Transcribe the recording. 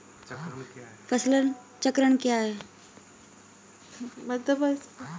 फसल चक्रण क्या है?